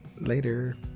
Later